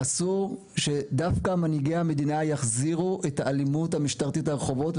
אסור שדווקא מנהיגי המדינה יחזירו את האלימות המשטרתית לרחובות,